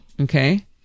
Okay